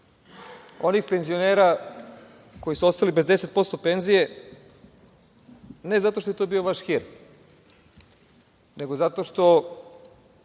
onih penzionera koji su ostali bez 10% penzije ne zato što je to bio vaš hir, nego zato što,